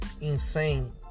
insane